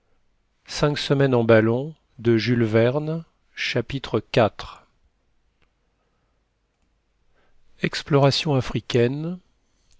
chapitre iv explorations africaines